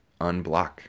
unblock